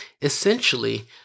Essentially